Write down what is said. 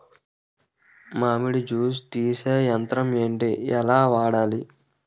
మామిడి జూస్ తీసే యంత్రం ఏంటి? ఎలా వాడాలి?